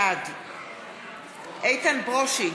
בעד איתן ברושי,